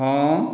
ହଁ